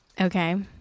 Okay